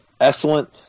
excellent